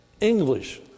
English